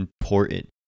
important